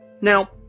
Now